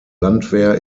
landwehr